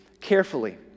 carefully